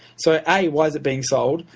so a why is it being sold?